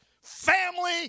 family